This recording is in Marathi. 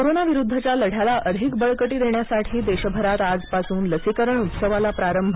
कोरोनाविरुद्धच्या लढ्याला अधिक बळकटी देण्यासाठी देशभरात आजपासून लसीकरण उत्सवाला प्रारंभ